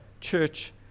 church